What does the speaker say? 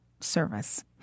service